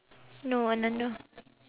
no I don't know